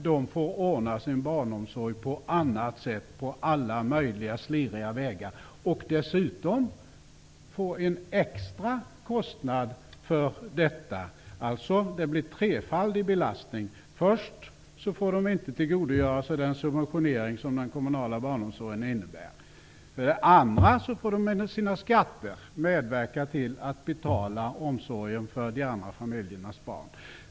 De får ordna sin barnomsorg på annat sätt på alla möjliga sliriga vägar. Dessutom får de en extra kostnad för detta. Det blir alltså en trefaldig belastning. För det första får de inte tillgodogöra sig den subventionering som den kommunala barnomsorgen innebär. För det andra får de via sina skatter medverka till att betala omsorgen för de andra familjernas barn.